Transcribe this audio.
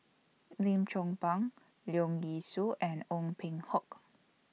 Lim Chong Pang Leong Yee Soo and Ong Peng Hock